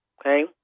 okay